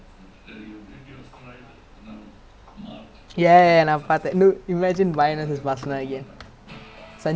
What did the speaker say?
orh dey நீ அந்த நா அனுப்புனத பாத்தியல்ல:nee antha naa anuppunutha paathiyalla you know the by err the